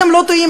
אתם לא טועים,